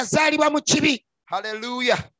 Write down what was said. Hallelujah